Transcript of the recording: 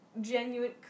Genuine